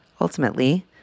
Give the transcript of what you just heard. Ultimately